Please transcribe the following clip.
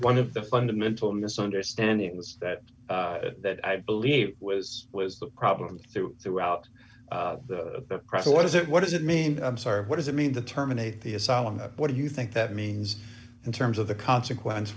one of the fundamental misunderstandings that i believe was was the problem through throughout the present what is it what does it mean i'm sorry what does it mean to terminate the asylum what do you think that means in terms of the consequence